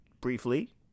briefly